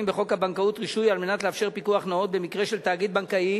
בחוק הבנקאות (רישוי) כדי לאפשר פיקוח נאות במקרה של תאגיד בנקאי